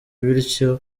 bityo